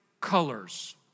colors